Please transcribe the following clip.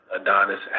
Adonis